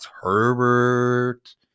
Herbert